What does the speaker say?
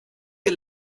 ihr